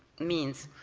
means.